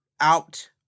out